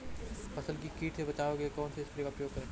फसल को कीट से बचाव के कौनसे स्प्रे का प्रयोग करें?